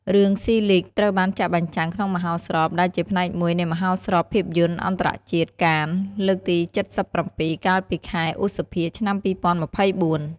រឿង ស៊ីលីគ (Silig) ត្រូវបានចាក់បញ្ចាំងក្នុងមហោស្រព ដែលជាផ្នែកមួយនៃ មហោស្រពភាពយន្តអន្តរជាតិកាន លើកទី ៧៧ កាលពីខែឧសភា ឆ្នាំ ២០២៤។